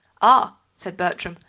ah, said bertram.